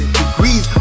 degrees